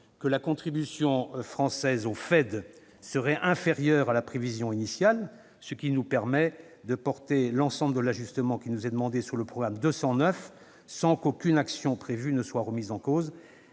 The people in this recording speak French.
que la contribution française au FED serait inférieure à la prévision initiale, ce qui nous permet de porter l'ensemble de l'ajustement qui nous est demandé sur le programme 209, sans qu'aucune des actions prévues soit remise en cause,